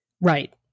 Right